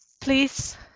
please